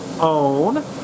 own